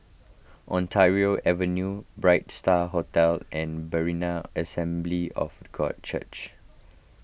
Ontario Avenue Bright Star Hotel and Berean Assembly of God Church